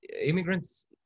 immigrants